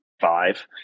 five